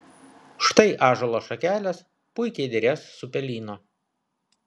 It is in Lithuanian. štai ąžuolo šakelės puikiai derės su pelyno